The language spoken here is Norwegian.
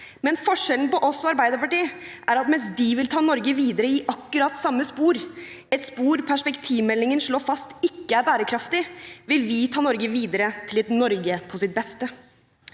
men forskjellen på oss og Arbeiderpartiet er at mens de vil ta Norge videre i akkurat samme spor, et spor perspektivmeldingen slår fast ikke er bærekraftig, vil vi ta Norge videre til et Norge på sitt beste.